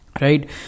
right